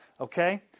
Okay